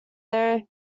there